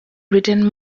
written